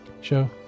show